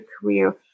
career